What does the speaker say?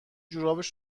جورابش